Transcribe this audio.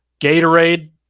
Gatorade